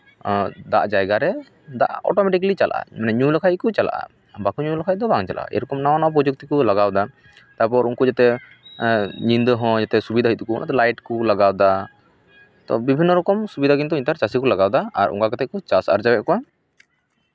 ᱫᱟᱜ ᱡᱟᱭᱜᱟ ᱨᱮ ᱫᱟᱜ ᱚᱴᱳᱢᱮᱴᱤᱠᱞᱤ ᱪᱟᱞᱟᱜᱼᱟ ᱧᱩ ᱞᱮᱠᱷᱟᱡ ᱜᱮᱠᱚ ᱪᱟᱞᱟᱜᱼᱟ ᱵᱟᱠᱚ ᱧᱩ ᱞᱮᱠᱷᱟᱡ ᱫᱚ ᱵᱟᱝ ᱪᱟᱞᱟᱜᱼᱟ ᱮᱨᱚᱠᱚᱢ ᱱᱟᱣᱟ ᱱᱟᱣᱟ ᱯᱨᱚᱡᱩᱠᱛᱤ ᱠᱚ ᱞᱟᱜᱟᱣᱫᱟ ᱛᱟᱨᱯᱚᱨ ᱩᱱᱠᱩ ᱡᱟᱛᱮ ᱧᱤᱫᱟᱹ ᱦᱚᱸ ᱡᱟᱛᱮ ᱥᱩᱵᱤᱫᱷᱟ ᱦᱩᱭᱩᱜ ᱛᱟᱠᱚ ᱚᱱᱟᱛᱮ ᱞᱟᱭᱤᱴ ᱠᱚ ᱞᱟᱜᱟᱣᱫᱟ ᱛᱚ ᱵᱤᱵᱷᱤᱱᱱᱚ ᱨᱚᱠᱚᱢ ᱥᱩᱵᱤᱫᱷᱟ ᱠᱤᱱᱛᱩ ᱱᱮᱛᱟᱨ ᱪᱟᱹᱥᱤ ᱠᱚ ᱞᱟᱜᱟᱣᱫᱟ ᱟᱨ ᱚᱱᱠᱟ ᱠᱟᱛᱮᱜ ᱜᱮᱠᱚ ᱪᱟᱥ ᱟᱨᱡᱟᱣᱮᱫ ᱠᱚᱣᱟ